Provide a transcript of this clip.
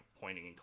pointing